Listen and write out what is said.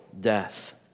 death